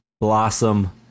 blossom